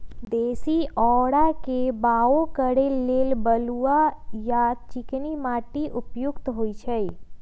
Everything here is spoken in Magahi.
देशी औरा के बाओ करे लेल बलुआ आ चिकनी माटि उपयुक्त होइ छइ